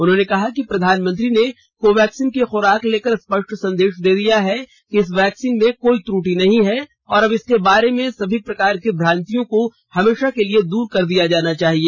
उन्होंने कहा कि प्रधानमंत्री ने कोवैक्सीन की खुराक लेकर स्पष्ट सन्देश दे दिया है कि इस वैक्सीन में कोई त्रुटि नही है और अब इसके बारे में सभी प्रकार की भ्रांतियों को हमेशा के लिए दूर कर दिया जाना चाहिए